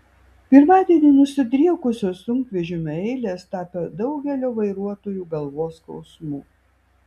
pirmadienį nusidriekusios sunkvežimių eilės tapo daugelio vairuotojų galvos skausmu